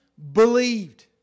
Believed